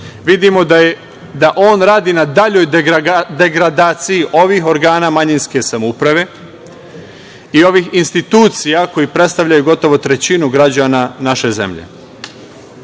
vidimo da on radi na daljoj degradaciji ovih organa manjinske samouprave i ovih institucija koji predstavljaju gotovo trećinu građana naše zemlje. Želim